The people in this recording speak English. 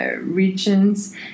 regions